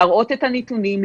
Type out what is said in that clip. להראות את הנתונים,